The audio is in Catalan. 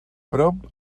prop